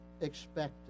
expected